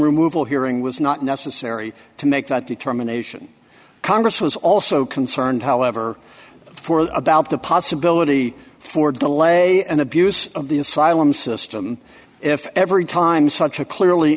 removal hearing was not necessary to make that determination congress was also concerned however for the about the possibility for de lay and abuse of the asylum system if every time such a clearly